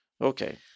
okay